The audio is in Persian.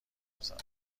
بزنم